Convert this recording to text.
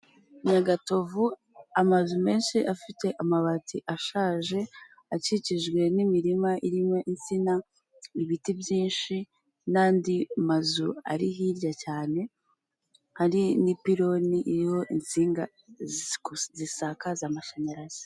Nyagatovu, amazu menshi afite amabati ashaje, akikijwe n'imirima irimo insina, ibiti byinshi, n'andi mazu ari hirya cyane, hari n'ipironi iriho insinga zisakaza amashanyarazi.